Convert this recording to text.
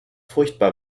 furchtbar